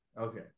Okay